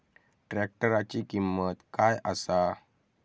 ट्रॅक्टराची किंमत काय आसा?